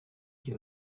jye